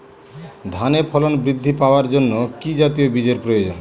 ধানে ফলন বৃদ্ধি পাওয়ার জন্য কি জাতীয় বীজের প্রয়োজন?